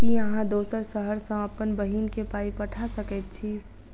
की अहाँ दोसर शहर सँ अप्पन बहिन केँ पाई पठा सकैत छी?